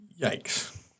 yikes